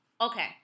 okay